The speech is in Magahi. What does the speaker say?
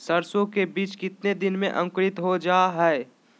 सरसो के बीज कितने दिन में अंकुरीत हो जा हाय?